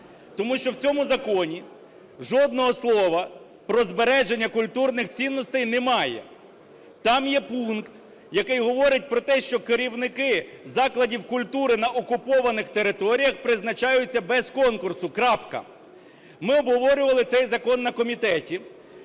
Тому що в цьому законі жодного слова про збереження культурних цінностей немає. Там є пункт, який говорить про те, що керівники закладів культури на окупованих територіях призначаються без конкурсу. Крапка. Ми обговорювали цей закон на комітеті.